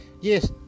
Yes